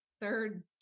third